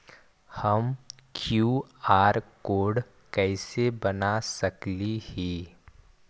हम QR code कैसे बना सकली ही?